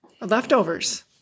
Leftovers